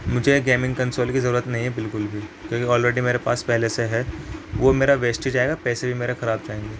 مجھے gaming console کی ضرورت نہیں ہے بالکل بھی کیونکہ آلریڈی میرے پاس پہلے سے ہے وہ میرا ویسٹ ہی جائے گا پیسے بھی میرے خراب جائیں گے